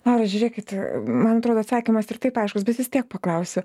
laura žiūrėkit man atrodo atsakymas ir taip aiškus bet vis tiek paklausiu